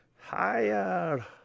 Higher